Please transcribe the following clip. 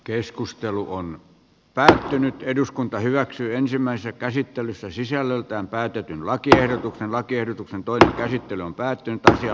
keskustelu on päätynyt eduskunta hyväksyi ensimmäisen käsittelyssä sisällöltään päätetyn lakiehdotuksen lakiehdotuksen toinen käsittely on siihen esteeksi